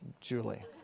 Julie